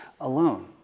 alone